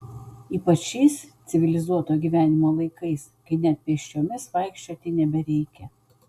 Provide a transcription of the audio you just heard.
ypač šiais civilizuoto gyvenimo laikais kai net pėsčiomis vaikščioti nebereikia